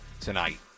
tonight